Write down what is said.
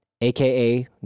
AKA